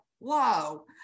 whoa